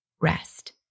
rest